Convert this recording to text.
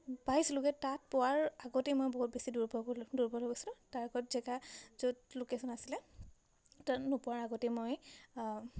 পাইছিলোঁগৈ তাত পোৱাৰ আগতেই মই বহুত বেছি দুৰ্বল দুৰ্বল গৈছিলোঁ তাৰ ঘৰত জেগা য'ত লোকেশ্যন আছিলে তাত নোপোৱাৰ আগতেই মই